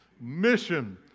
mission